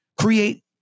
create